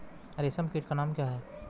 रेशम कीट का नाम क्या है?